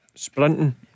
Sprinting